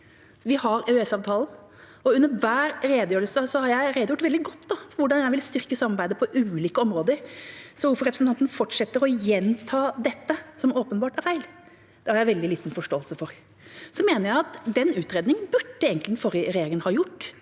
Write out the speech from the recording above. Vi har EØS-avtalen, og i hver redegjørelse har jeg redegjort veldig godt for hvordan jeg vil styrke samarbeidet på ulike områder. At representanten fortsetter å gjenta dette, som åpenbart er feil, har jeg veldig liten forståelse for. Jeg mener også at dette er en utredning som den forrige regjeringa burde ha gjort.